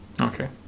okay